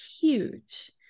huge